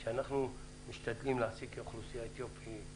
של להשתדל להעסיק אוכלוסייה אתיופית,